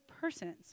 person's